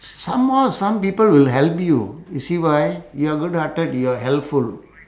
somehow some people will help you you see why you are good hearted you are helpful